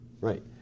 right